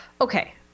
Okay